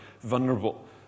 vulnerable